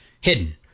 hidden